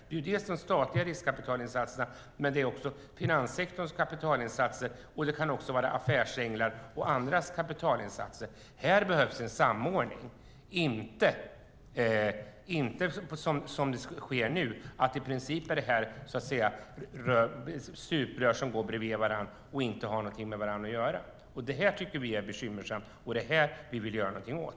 Det är dels de statliga riskkapitalinsatserna, dels finanssektorns kapitalinsatser. Det kan också vara affärsänglar och andra kapitalinsatser. Här behövs det en samordning, inte så som sker nu, att det i princip är stuprör som går bredvid varandra och inte har någonting med varandra att göra. Det här tycker vi är bekymmersamt, och det här vill vi göra någonting åt.